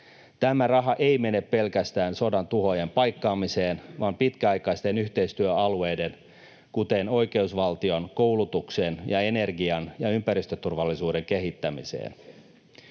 Tämä raha ei mene pelkästään sodan tuhojen paikkaamiseen vaan pitkäaikaisten yhteistyöalueiden, kuten oikeusvaltion, koulutuksen ja energian ja ympäristöturvallisuuden kehittämiseen.